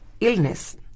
illness